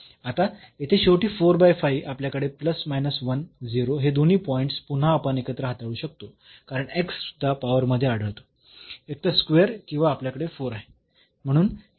आता येथे शेवटी आपल्याकडे हे दोन्ही पॉईंट्स पुन्हा आपण एकत्र हाताळू शकतो कारण सुध्दा पॉवर मध्ये आढळतो एकतर स्क्वेअर किंवा आपल्याकडे 4 आहे